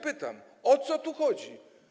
Pytam: O co tu chodzi?